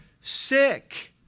sick